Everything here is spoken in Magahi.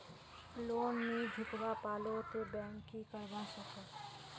लोन नी चुकवा पालो ते बैंक की करवा सकोहो?